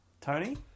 tony